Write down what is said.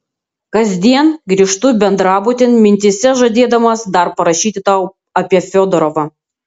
kasdien grįžtu bendrabutin mintyse žadėdamas dar parašyti tau apie fiodorovą